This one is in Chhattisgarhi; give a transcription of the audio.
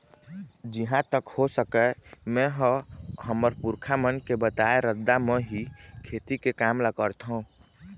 जिहाँ तक हो सकय मेंहा हमर पुरखा मन के बताए रद्दा म ही खेती के काम ल करथँव